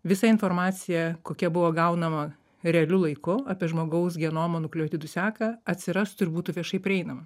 visa informacija kokia buvo gaunama realiu laiku apie žmogaus genomo nukleotidų seką atsirastų ir būtų viešai prieinama